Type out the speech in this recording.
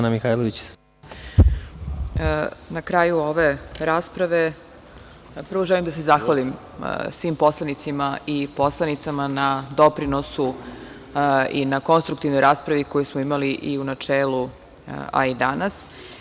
Na kraju ove rasprave, prvo želim da se zahvalim svim poslanicima i poslanicama na doprinosu i na konstruktivnoj raspravi koju smo imali i u načelu, a i danas.